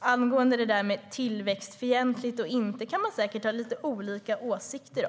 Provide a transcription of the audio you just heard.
ha olika åsikter om tillväxtfientlighet eller inte.